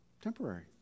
temporary